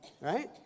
right